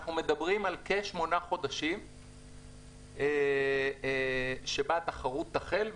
אנחנו מדברים על עוד כשמונה חדשים עד שהתחרות תחל,